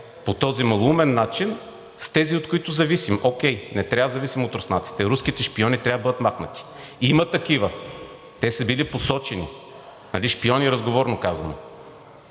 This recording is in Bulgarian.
по този малоумен начин с тези, от които зависим. Окей, не трябва да зависим от руснаците, руските шпиони трябва да бъдат махнати. Има такива, те са били посочени, нали – шпиони, разговорно казано,